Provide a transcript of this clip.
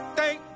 Thank